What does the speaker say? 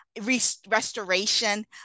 restoration